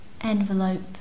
envelope